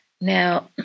Now